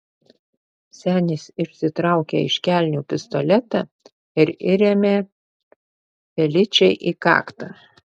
senis išsitraukė iš kelnių pistoletą ir įrėmė feličei į kaktą